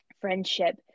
friendship